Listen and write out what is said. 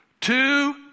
two